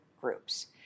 groups